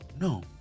No